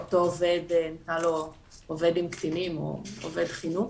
אותו עובד עם קטינים או עובד חינוך.